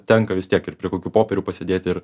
tenka vis tiek ir prie kokių popierių pasėdėti ir